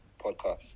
podcast